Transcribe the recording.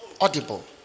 Audible